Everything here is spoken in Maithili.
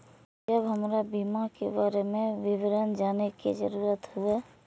जब हमरा बीमा के बारे में विवरण जाने के जरूरत हुए?